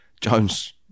Jones